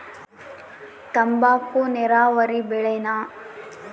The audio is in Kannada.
ತಂಬಾಕು ನೇರಾವರಿ ಬೆಳೆನಾ?